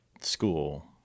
school